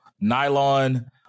nylon